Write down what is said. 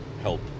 help